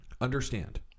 understand